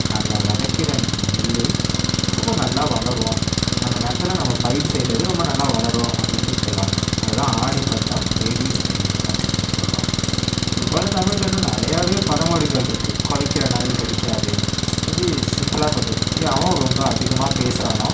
நம்ம விதைக்கிற நெல் ரொம்ப நல்லா வளரும் அந்த நேரத்தில் நம்ம பயிர் செய்கிறது ரொம்ப நல்லா வளரும் அப்படின்ட்டு சொல்லுவாங்க அதுதான் ஆடி பட்டம் தேடி விதை அப்படின்ட்டு சொல்கிறோம் இது போல் தமிழில் இன்னும் நிறையாவே பழமொழிகள் இருக்கு குலைக்கிற நாய் கடிக்காது இது சிம்பிளா சொல்வது எவன் ரொம்ப அதிகமாக பேசுகிறானோ